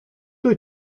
wyt